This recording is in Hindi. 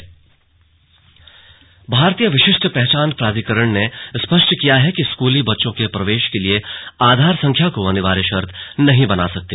स्लग आधार की अनिवार्यता भारतीय विशिष्ट पहचान प्राधिकरण ने स्पष्ट किया है कि स्कूल बच्चों के प्रवेश के लिए आधार संख्या को अनिवार्य शर्त नहीं बना सकते